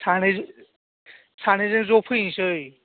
सानैजों ज' फैनोसै